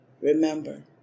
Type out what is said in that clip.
Remember